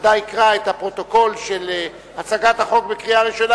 ודאי יקרא את הפרוטוקול של הצגת החוק לקריאה ראשונה,